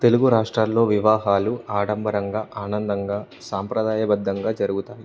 తెలుగు రాష్టల్లో వివాహాలు ఆడంబరంగా ఆనందంగా సాంప్రదాయబద్ధంగా జరుగుతాయి